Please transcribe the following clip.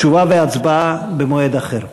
תשובה והצבעה במועד אחר.